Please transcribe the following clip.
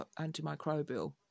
antimicrobial